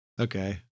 Okay